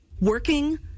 Working